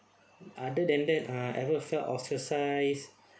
other than that ah ever felt ostracised